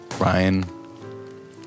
Ryan